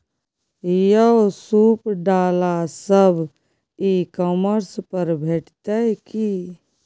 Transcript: यौ सूप डाला सब ई कॉमर्स पर भेटितै की?